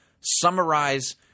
summarize